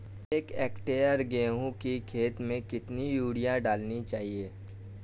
एक हेक्टेयर गेहूँ की खेत में कितनी यूरिया डालनी चाहिए?